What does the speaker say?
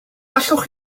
allwch